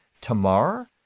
Tamar